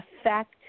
affect